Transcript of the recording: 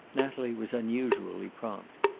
natalie was unusually prompt.